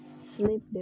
sleep